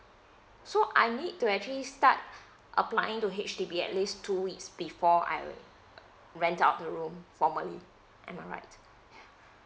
so I need to actually start applying to H_D_B at least two weeks before I only rent out the room formally am I right